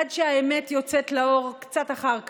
עד שהאמת יוצאת לאור קצת אחר כך.